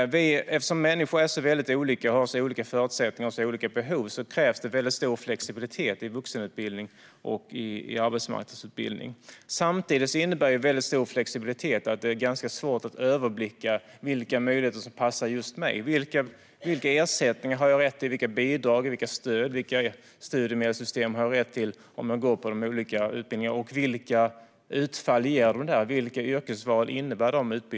Eftersom människor är så väldigt olika och har så olika förutsättningar och behov krävs det väldigt stor flexibilitet i vuxenutbildning och arbetsmarknadsutbildning. Samtidigt innebär en väldigt stor flexibilitet att det är ganska svårt att överblicka vilka möjligheter som passar just en själv. Vilka ersättningar, bidrag och stöd har man rätt till? Vilka studiemedelssystem har man tillgång till om man går på de olika utbildningarna? Och vilket utfall ger utbildningarna? Vilka yrkesval innebär de?